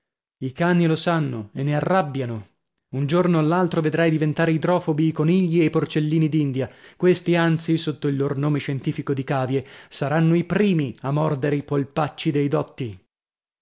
i cani lo sanno e ne arrabbiano un giorno o l'altro vedrai diventare idrofobi i conigli e i porcellini d'india questi anzi sotto il lor nome scientifico di cavie saranno i primi a mordere i polpacci dei dotti